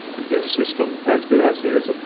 this system, as good as it is,